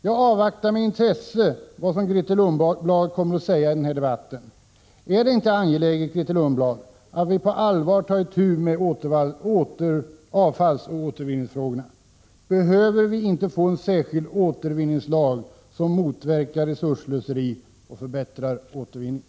Jag avvaktar med intresse vad Grethe Lundblad kommer att säga i den här debatten. Är det inte angeläget, Grethe Lundblad, att vi på allvar tar itu med avfallsoch återvinningsfrågorna? Behöver vi inte få en särskild återvinningslag som motverkar resursslöseri och förbättrar återvinningen?